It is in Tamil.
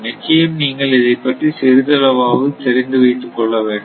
நிச்சயம் நீங்கள் இதைப் பற்றி சிறிதளவாவது தெரிந்து வைத்துக்கொள்ள வேண்டும்